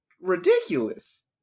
ridiculous